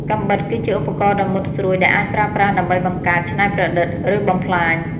កាំបិត គឺជាឧបករណ៍ដ៏មុតស្រួចដែលអាចប្រើប្រាស់ដើម្បីបង្កើត ច្នៃប្រឌិត ឬបំផ្លាញ។